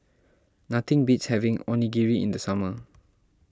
nothing beats having Onigiri in the summer